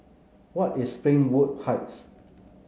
where is Springwood Heights